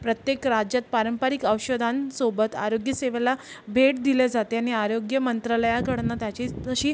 प्रत्येक राज्यात पारंपरिक औषधांसोबत आरोग्यसेवेला भेट दिली जाते नि आरोग्य मंत्रालयाकडून त्याचीच तशी